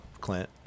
Clint